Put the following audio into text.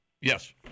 Yes